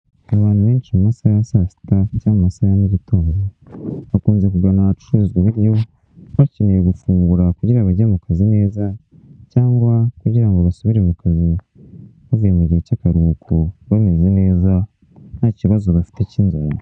Abantu benshi mu masaha ya saa sitajya cyangwa mu masaha ya mugitondo bakunze kugana ahacuruzwa ibiryo bakeneye gufungura kugira bajye mu kazi neza, cyangwa kugira ngo basubire mu kazi bavuye mu gihe cy'akaruhuko bameze neza, nta kibazo bafite cy'inzara.